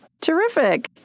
Terrific